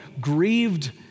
grieved